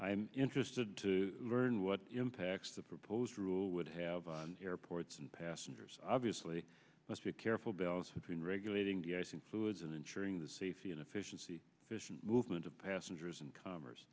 am interested to learn what impacts the proposed rule would have on airports and passengers obviously must be a careful balance between regulating the icing fluids and ensuring the safety and efficiency movement of passengers and commerce